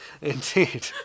Indeed